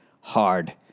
hard